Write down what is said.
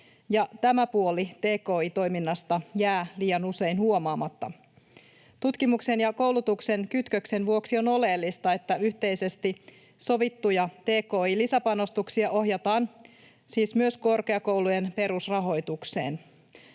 tämä puoli tki-toiminnasta jää liian usein huomaamatta. Tutkimuksen ja koulutuksen kytköksen vuoksi on oleellista, että yhteisesti sovittuja tki-lisäpanostuksia ohjataan siis myös korkeakoulujen perusrahoitukseen,